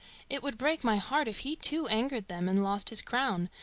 it would break my heart if he too angered them and lost his crown,